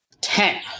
Ten